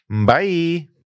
bye